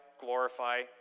glorify